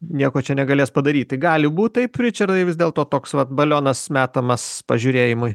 nieko čia negalės padaryt gali būt taip ričardai vis dėlto toks vat balionas metamas pažiūrėjimui